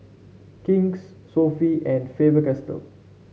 King's Sofy and Faber Castell